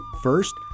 First